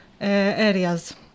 areas